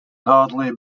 hardly